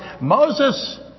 Moses